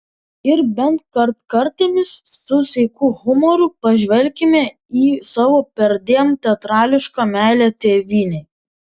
ir bent kartkartėmis su sveiku humoru pažvelkime į savo perdėm teatrališką meilę tėvynei